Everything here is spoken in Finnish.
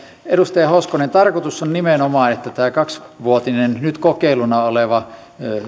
edustaja hoskonen että tarkoitus on nimenomaan että tämä kaksivuotinen nyt kokeiluna oleva